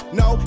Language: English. no